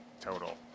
total